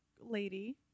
lady